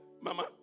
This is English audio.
mama